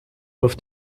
auf